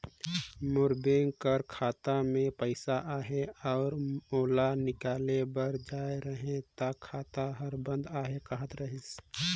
मोर bank कर खाता में पइसा अहे अउ ओला हिंकाले बर जाए रहें ता खाता हर बंद अहे कहत रहिस